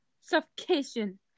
Suffocation